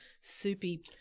soupy